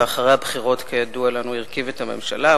ואחרי הבחירות כידוע לנו הרכיב את הממשלה,